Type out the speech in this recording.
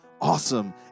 awesome